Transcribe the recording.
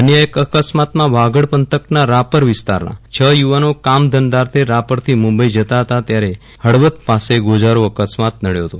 અન્ય એક અકસ્માત માં વાગડ પંથકના રાપર વિસ્તારના છ યુવાનો કામ ધંધાર્થે રાપર થી મુંબઈ જતા તેમણે ફળવદ પાસે ગોઝારો અકસ્માત નડ્યો ફતો